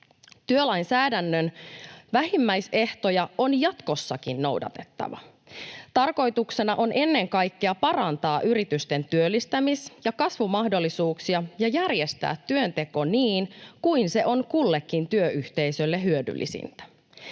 Työlainsäädännön vähimmäisehtoja on jatkossakin noudatettava. Tarkoituksena on ennen kaikkea parantaa yritysten työllistämis- ja kasvumahdollisuuksia ja järjestää työnteko niin kuin se on kullekin työyhteisölle hyödyllisintä.